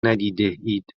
ندیدهاید